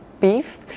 beef